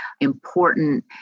important